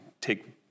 take